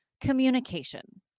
communication